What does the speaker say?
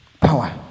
Power